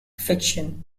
fiction